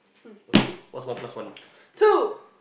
okay what's one plus one